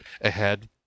ahead